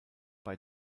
bei